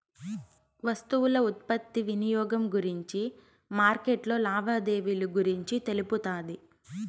వస్తువుల ఉత్పత్తి వినియోగం గురించి మార్కెట్లో లావాదేవీలు గురించి తెలుపుతాది